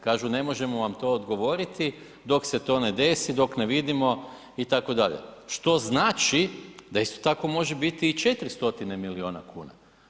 Kažu, ne možemo vam to odgovoriti dok se desi, dok ne vidimo itd., što znači da isto tako može biti i 400 milijuna kuna.